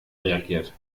reagiert